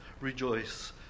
rejoice